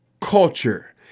culture